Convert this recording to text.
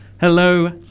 Hello